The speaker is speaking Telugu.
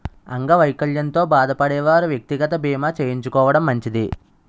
అంగవైకల్యంతో బాధపడే వారు వ్యక్తిగత బీమా చేయించుకోవడం మంచిది